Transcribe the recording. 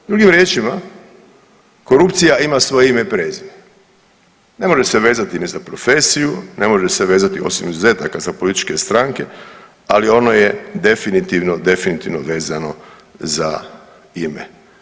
Drugim riječima, korupcija ima svoje ime i prezime, ne može se vezati ni za profesiji, ne može se vezati osim izuzetaka za političke stranke, ali ono je definitivno, definitivno vezano za ime.